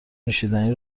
نوشیدنی